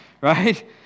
right